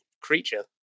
creature